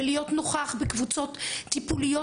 להיות נוכח בקבוצות טיפוליות,